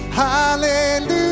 hallelujah